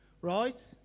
Right